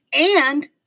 and-